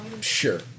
Sure